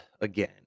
again